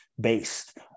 based